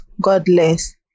godless